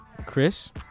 Chris